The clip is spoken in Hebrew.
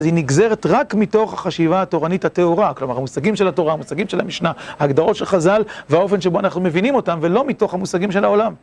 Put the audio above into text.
היא נגזרת רק מתוך החשיבה התורנית הטהורה, כלומר, המושגים של התורה, המושגים של המשנה, הגדרות של חז"ל, והאופן שבו אנחנו מבינים אותם, ולא מתוך המושגים של העולם.